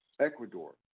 Ecuador